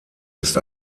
ist